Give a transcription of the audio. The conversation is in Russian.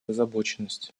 озабоченность